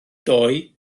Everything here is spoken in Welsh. doi